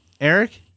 Eric